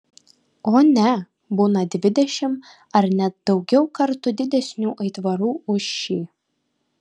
o ne būna dvidešimt ar net daugiau kartų didesnių aitvarų už šį